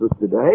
today